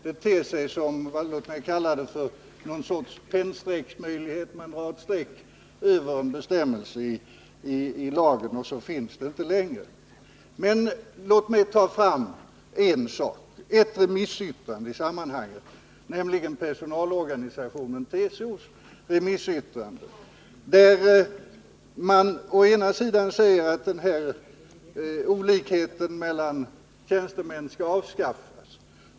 Det ter sig som om det gick att lösa med ett pennstreck — dvs. man drar ett pennstreck över en bestämmelse i lagen och så finns den inte längre. Men låt mig ta fram ett remissyttrande i sammanhanget, nämligen personalorganisationen TCO:s remissyttrande. Där säger man å ena sidan att den här olikheten mellan tjänstemän skall avskaffas.